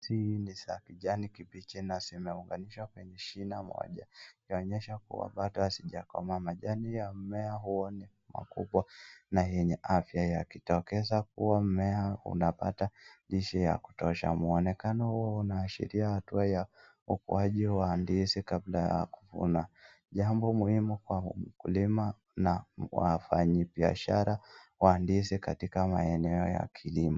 Ndizi hii ni za kijani kibichi na zimeunganishwa kwenye shina moja. Ikionyesha kuwa bado hazijakoma, majani ya mmea huu ni makubwa na yenye afya yakitokeza kuwa mmea unapata lishe ya kutosha. Muonekano huo unaashiria hatua ya ukuaji wa ndizi kabla ya kuvuna, jambo muhimu kwa mkulima na wafanyibiashara wa ndizi katika maeneo ya kilimo.